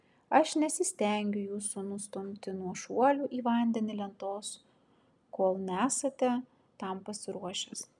aš nesistengiu jūsų nustumti nuo šuolių į vandenį lentos kol nesate tam pasiruošęs